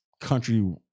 country